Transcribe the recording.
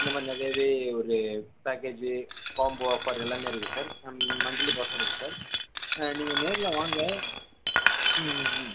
இந்த மாரி நிறையவே ஒரு பேக்கேஜி காம்போ ஆஃபர் எல்லாமே இருக்குது சார் மன்திலி இருக்குது சார் நீங்கள் நேரில் வாங்க ம் ம்